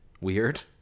weird